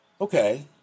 Okay